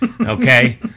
Okay